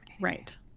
right